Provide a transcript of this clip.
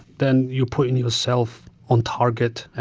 then you're putting yourself on target.